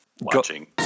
watching